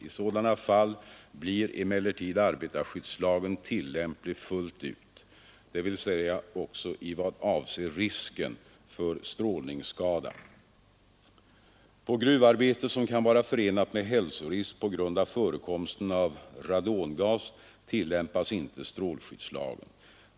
I sådana fall blir emellertid arbetarskyddslagen På gruvarbete som kan vara förenat med hälsorisk på grund av förekomsten av radongas tillämpas inte strålskyddslagen.